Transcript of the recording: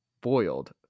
Boiled